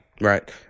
Right